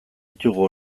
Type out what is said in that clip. ditugu